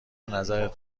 نظرت